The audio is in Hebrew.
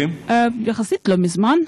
יחסית לא מזמן,